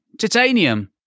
Titanium